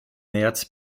märz